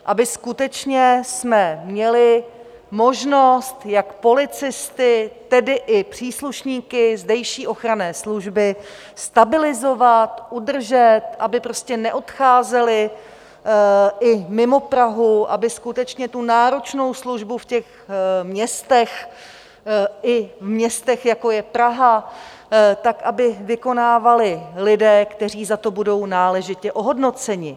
Abychom skutečně měli možnost, jak policisty, tedy i příslušníky zdejší ochranné služby, stabilizovat, udržet, aby neodcházeli i mimo Prahu, aby skutečně tu náročnou službu v těch městech, i městech, jako je Praha, aby vykonávali lidé, kteří za to budou náležitě ohodnoceni.